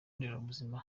nderabuzima